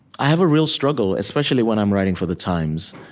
i have a real struggle, especially when i'm writing for the times.